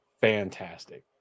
fantastic